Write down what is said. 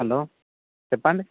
hello చెప్పండి